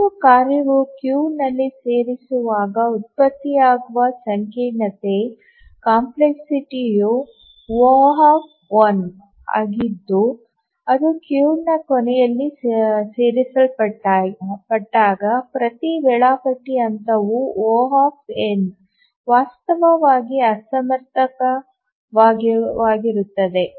ಒಂದು ಕಾರ್ಯವು ಕ್ಯೂನಲ್ಲಿ ಸೇರಿಸುವಾಗ ಉತ್ಪತ್ತಿಯಾದಾಗ ಸಂಕೀರ್ಣತೆಯು ಒ O ಆಗಿದ್ದು ಅದು ಕ್ಯೂನ ಕೊನೆಯಲ್ಲಿ ಸೇರಿಸಲ್ಪಟ್ಟಾಗ ಪ್ರತಿ ವೇಳಾಪಟ್ಟಿ ಹಂತದಲ್ಲಿ ಒ ಎನ್ O ವಾಸ್ತವವಾಗಿ ಅಸಮರ್ಥವಾಗಿರುತ್ತದೆ